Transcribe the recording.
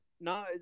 no